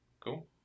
Cool